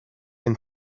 and